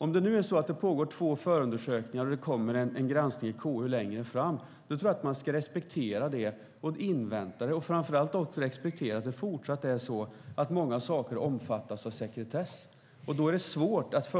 Om det nu är så att det pågår två förundersökningar och det kommer en granskning i KU längre fram tror jag att man ska respektera och invänta det och framför allt också respektera att många saker fortsatt omfattas av sekretess. Då är det svårt att